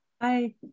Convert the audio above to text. Hi